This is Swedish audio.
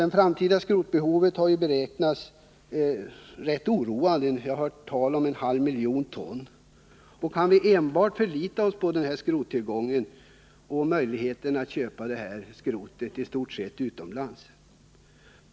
Det framtida skrotbehovet har — rätt oroande — beräknats till en halv miljon ton. Kan vi förlita oss på enbart den här skrottillgången och möjligheten att köpa skrotet utomlands?